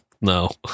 no